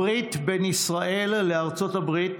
הברית בין ישראל לארצות הברית